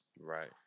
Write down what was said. Right